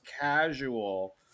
casual